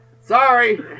Sorry